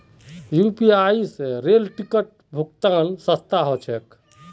UPI स rail ticket भुक्तान सस्ता ह छेक